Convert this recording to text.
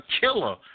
killer